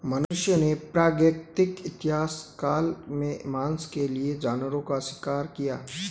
मनुष्यों ने प्रागैतिहासिक काल से मांस के लिए जानवरों का शिकार किया है